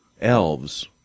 elves